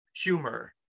humor